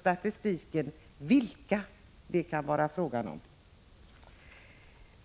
Statistiken visar vilka det då är fråga om.